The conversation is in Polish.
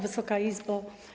Wysoka Izbo!